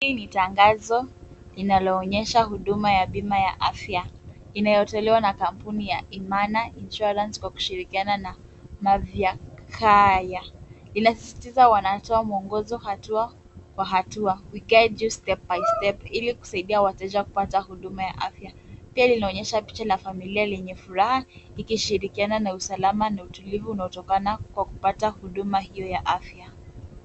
Hii ni tangazo linaloonyesha huduma ya bima ya afya inayotolewa na kampuni ya Imana Insurance kwa kushirikiana na Navya Kya inasisitiza wanatoa mwongozo hatua kwa hatua we guide you step by step ili kusaidia wateja kupata huduma ya afya. Pia linaonyesha picha la familia lenye furaha likishirikiana na usalama na utulivu unaotokana kwa kupata huduma hiyo ya afya.